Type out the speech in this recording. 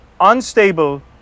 unstable